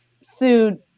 sued